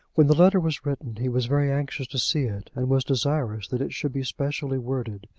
when the letter was written he was very anxious to see it, and was desirous that it should be specially worded,